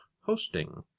Hosting